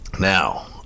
Now